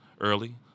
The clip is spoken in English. early